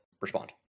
respond